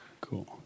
Cool